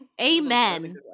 amen